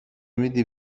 میدی